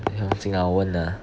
不用紧 lah 我问 lah